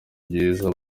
byiza